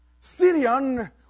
Syrian